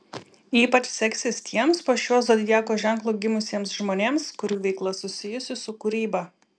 ypač seksis tiems po šiuo zodiako ženklu gimusiems žmonėms kurių veikla susijusi su kūryba